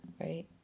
right